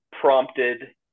prompted